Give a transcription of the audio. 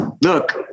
Look